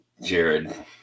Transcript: Jared